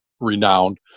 renowned